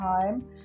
time